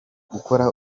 gukora